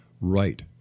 right